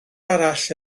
arall